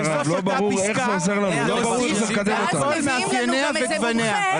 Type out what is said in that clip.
בסוף אותה פסקה להוסיף על כל מאפייניה וגווניה.